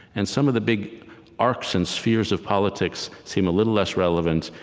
and some of the big arcs and spheres of politics seem a little less relevant,